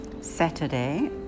Saturday